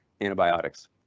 antibiotics